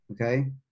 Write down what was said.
okay